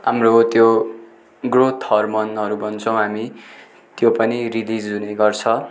हाम्रो त्यो ग्रोथ हर्मनहरू भन्छौँ हामी त्यो पनि रिलिज हुने गर्छ